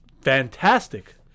fantastic